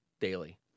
daily